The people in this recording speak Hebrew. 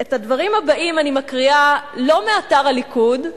את הדברים הבאים אני מקריאה לא מאתר הליכוד,